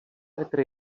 petr